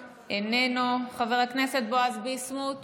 איננו, חבר הכנסת בועז ביסמוט,